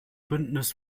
bündnis